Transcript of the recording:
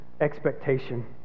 expectation